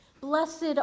Blessed